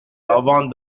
avant